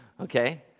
Okay